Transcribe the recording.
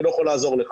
אני לא יכול לעזור לך.